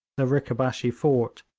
the rikabashee fort,